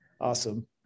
Awesome